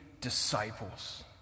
disciples